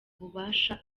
bubasha